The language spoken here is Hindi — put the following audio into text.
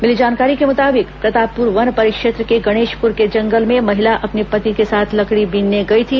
मिली जानकारी के मुताबिक प्रतापपुर वन परिक्षेत्र के गणेशपुर के जंगल में महिला अपने पति के साथ लकड़ी बीनने गई थी